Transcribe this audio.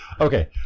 okay